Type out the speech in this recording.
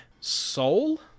Soul